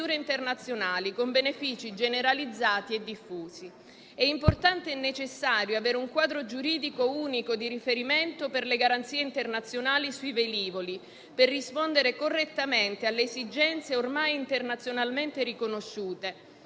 internazionali con benefici generalizzati e diffusi. È importante e necessario avere un quadro giuridico unico di riferimento per le garanzie internazionali sui velivoli per rispondere correttamente alle esigenze ormai internazionalmente riconosciute